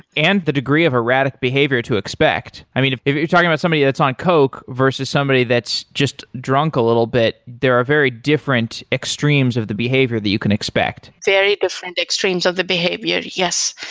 and the degree or erratic behavior to expect. i mean, if you're talking about somebody that's on coke versus somebody that's just drunk a little bit, there are very different extremes of the behavior that you can expect. very different extremes of the behavior, yes.